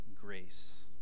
grace